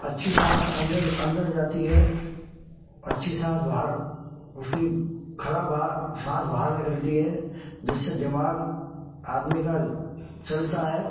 अच्छी सांस अंदर जाती है अच्छी सांस बाहर उसकी खराब सांस बाहर निकलती है जिससे दिमाग आदमी का चलता है